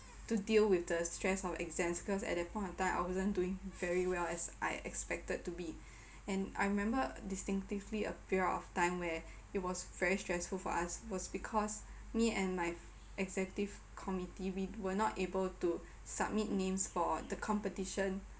to deal with the stress of exams because at that point of time I wasn't doing very well as I expected to be and I remember distinctively a period of time where it was very stressful for us was because me and my executive committee we were not able to submit names for the competition